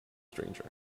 stranger